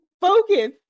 Focus